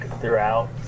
throughout